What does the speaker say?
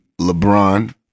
LeBron